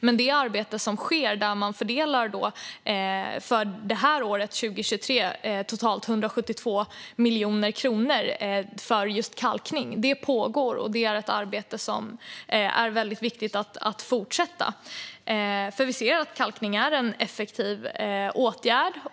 Men det arbete där man för detta år, 2023, fördelar totalt 172 miljoner kronor för just kalkning pågår, och det är ett arbete som är väldigt viktigt att fortsätta. Vi ser nämligen att kalkning är en effektiv åtgärd.